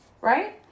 right